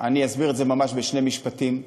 אני אסביר את זה ממש בשני משפטים.